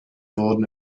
wurden